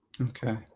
okay